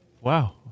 Wow